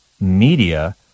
media